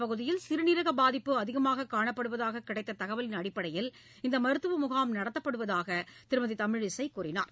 பகுதியில் சிறுநீரக பாதிப்பு அதிகமாக காணப்படுவதாக இந்தப் கிடைத்த தகவலின் அடிப்படையில் இந்த மருத்துவ முகாம் நடத்தப்படுவதாக அவர் கூறினார்